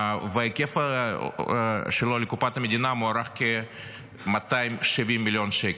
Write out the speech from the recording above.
וההיקף שלו לקופת המדינה מוערך בכ-270 מיליון שקל.